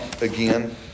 again